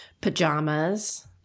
pajamas